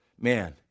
Man